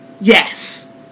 yes